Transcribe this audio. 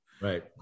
Right